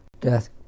death